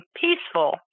peaceful